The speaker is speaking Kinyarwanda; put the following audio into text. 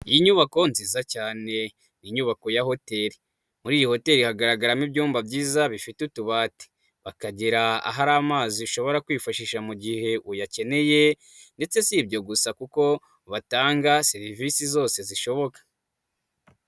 Ni inyubako nziza cyane, inyubako ya hotel, muri iyi hoteli hagaragaramo ibyumba byiza bifite utubati, bakagera ahari amazi ushobora kwifashisha mu gihe uyakeneye ndetse si ibyo gusa kuko batanga serivisi zose zishoboka.